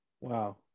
Wow